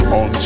on